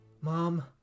Mom